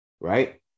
right